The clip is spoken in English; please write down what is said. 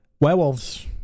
Werewolves